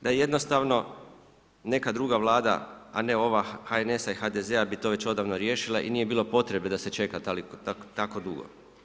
Da je jednostavno neka druga Vlada a ne ova HNS-a i HDZ-a bi to već odavno riješila i nije bilo potrebe da se čeka tako dugo.